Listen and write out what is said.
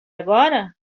agora